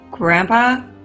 Grandpa